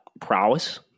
prowess